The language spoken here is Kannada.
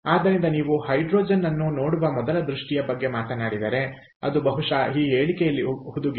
ಆದ್ದರಿಂದ ನೀವು ಹೈಡ್ರೋಜನ್ ಅನ್ನು ನೋಡುವ ಮೊದಲ ದೃಷ್ಟಿಯ ಬಗ್ಗೆ ಮಾತನಾಡಿದರೆ ಅದು ಬಹುಶಃ ಈ ಹೇಳಿಕೆಯಲ್ಲಿ ಹುದುಗಿದೆ